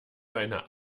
eine